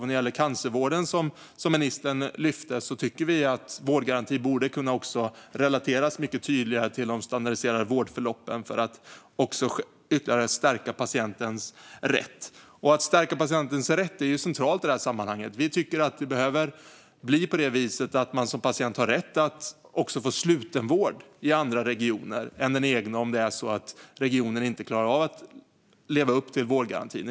När det gäller cancervården, som ministern lyfte fram, tycker vi att vårdgarantin borde kunna relateras mycket tydligare till de standardiserade vårdförloppen för att ytterligare stärka patientens rätt. Att stärka patientens rätt är centralt i sammanhanget. Vi tycker att man som patient ska ha rätt att också få slutenvård i andra regioner än den egna om det är så att regionen inte klarar att leva upp till vårdgarantin.